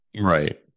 Right